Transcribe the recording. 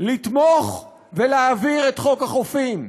לתמוך ולהעביר את חוק החופים,